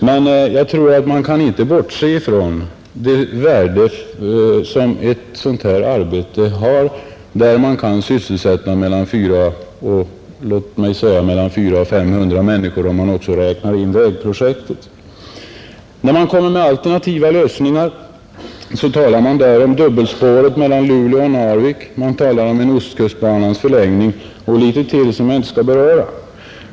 Men jag tror att man inte kan bortse från det värde ett sådant här arbete har, där man kan sysselsätta, låt mig säga, mellan 400 och 500 människor, om man också räknar in vägprojektet. När man kommer med alternativa lösningar talar man om dubbelspåret mellan Luleå och Narvik. Man talar om ostkustbanans förlängning och litet till som jag inte skall beröra.